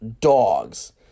dogs